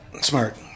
smart